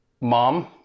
mom